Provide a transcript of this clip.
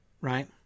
right